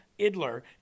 Idler